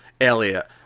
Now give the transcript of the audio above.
Elliot